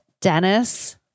Dennis